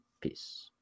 Peace